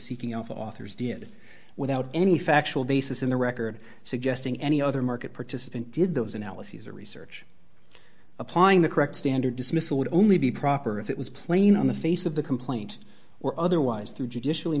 seeking of authors did without any factual basis in the record suggesting any other market participant did those analyses or research applying the correct standard dismissal would only be proper if it was plain on the face of the complaint or otherwise through judicially